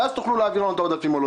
ואז תוכלו להעביר לנו את העודפים או לא.